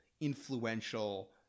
influential